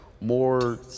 more